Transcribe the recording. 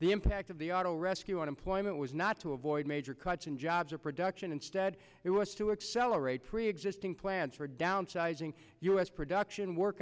the impact of the auto rescue on employment was not to avoid major cuts in jobs or production instead it was to accelerate preexisting plans for downsizing us production work